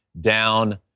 Down